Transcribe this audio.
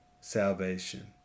salvation